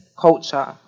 culture